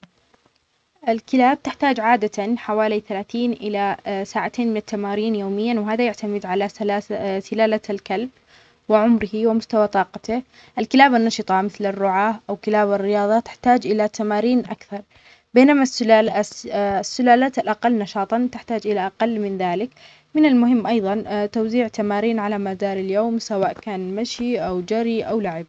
الكلاب تحتاج عادةً حوالى ثلاثين إلى ساعتين من التمارين يوميا، وهذا يعتمد على ثلاث-سلالة الكلب وعمره ومستوى طاقته، الكلاب النشطة مثل الرعاه أو كلاب الرياضة تحتاج إلى تمارين أكثر، بينما السلا-الس-أ-السلالات الأقل نشاطاً تحتاج إلى أقل من ذلك، من المهم أيظا أ-توزيع تمارين على مدار اليوم سواء كان مشى أو جرى أو لعب.